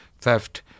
theft